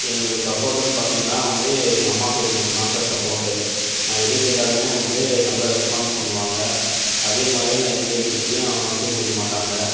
எங்களுக்கு சப்போட்டுனு பார்த்திங்கன்னா வந்து எங்க அம்மா சைட் மட்டும் தான் சார் சப்போட்டு நான் எது கேட்டாலும் வந்து நல்ல ரெஸ்பான்ஸ் பண்ணுவாங்க அதே மாதிரி என்ன எந்த விஷயத்துலையும் விட்டுக்குடுக்க மாட்டாங்க